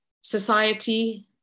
society